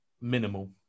minimal